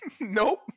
Nope